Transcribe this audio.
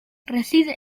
reside